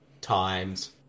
times